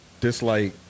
dislike